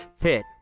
Pitt